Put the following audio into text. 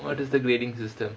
what is the grading system